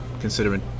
considering